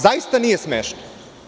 Zaista nije smešno.